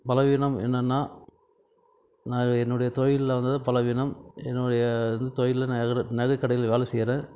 பலவீனம் என்னன்னால் நான் என்னுடைய தொழிலில் வந்தது பலவீனம் என்னுடைய வந்து தொழிலில்ல நகை நகை கடையில் வேலை செய்கிறேன்